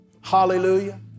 Hallelujah